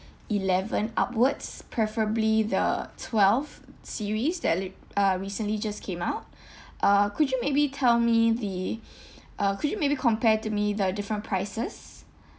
eleven upwards preferably the twelve series that uh recently just came out uh could you maybe tell me the uh could you maybe compare to me the different prices